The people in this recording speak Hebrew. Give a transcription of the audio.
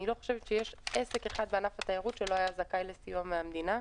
אני לא חושבת שיש עסק אחד בענף התיירות שלא היה זכאי לסיוע מהמדינה.